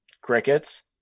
crickets